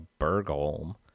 Bergholm